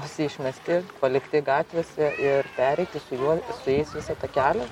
visi išmesti palikti gatvėse ir pereiti su juo su jais visą takelį